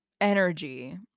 energy